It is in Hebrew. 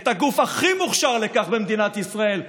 את הגוף הכי מוכשר לכך במדינת ישראל.